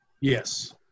Yes